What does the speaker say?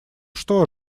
что